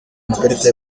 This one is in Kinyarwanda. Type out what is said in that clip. amakarita